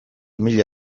mila